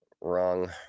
wrong